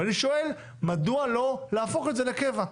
ואני שואל מדוע לא להפוך את זה לקבע?